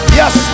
yes